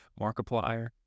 Markiplier